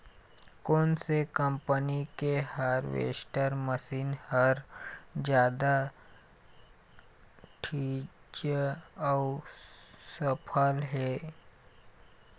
कोन से कम्पनी के हारवेस्टर मशीन हर जादा ठीन्ना अऊ सफल हे?